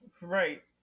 Right